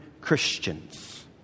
Christians